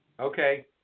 Okay